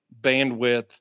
bandwidth